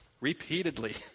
Repeatedly